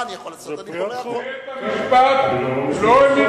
מה אני יכול לעשות, אני פורע חוק.